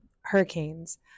hurricanes